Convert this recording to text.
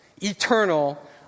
eternal